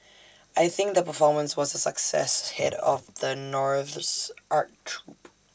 I think the performance was A success Head of the North's art troupe